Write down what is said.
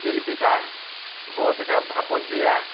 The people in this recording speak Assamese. তিল পিঠা বৰপিঠা ভাপত দিয়া